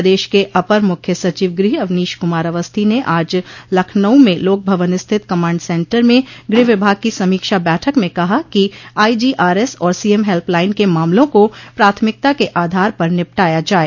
प्रदेश के अपर मुख्य सचिव गृह अवनीश कुमार अवस्थी ने आज लखनऊ में लोक भवन स्थित कमांड सेन्टर में गृह विभाग की समीक्षा बैठक में कहा कि आईजीआरएस और सीएम हेल्प लाइन के मामलों को प्राथमिकता के आधार पर निपटाया जाये